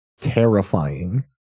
terrifying